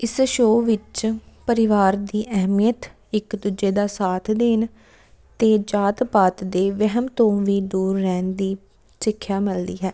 ਇਸ ਸ਼ੋਅ ਵਿੱਚ ਪਰਿਵਾਰ ਦੀ ਅਹਿਮੀਅਤ ਇੱਕ ਦੂਜੇ ਦਾ ਸਾਥ ਦੇਣ ਅਤੇ ਜਾਤ ਪਾਤ ਦੇ ਵਹਿਮ ਤੋਂ ਵੀ ਦੂਰ ਰਹਿਣ ਦੀ ਸਿੱਖਿਆ ਮਿਲਦੀ ਹੈ